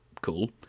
cool